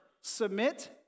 submit